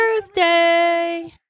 birthday